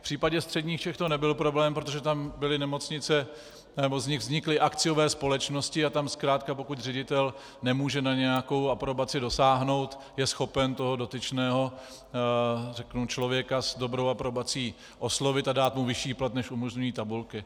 V případě středních Čech to nebyl problém, protože tam byly nemocnice nebo z nich vznikly akciové společnosti, a tam zkrátka pokud ředitel nemůže na nějakou aprobaci dosáhnout, je schopen toho dotyčného člověka s dobrou aprobací oslovit a dát mu vyšší plat, než umožňují tabulky.